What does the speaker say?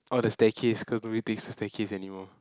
oh the staircase cause nobody takes the staircase anymore